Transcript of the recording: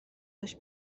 داشت